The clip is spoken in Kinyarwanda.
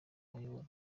ayobora